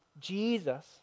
Jesus